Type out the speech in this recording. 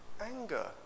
anger